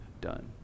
done